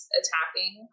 attacking